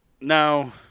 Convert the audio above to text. no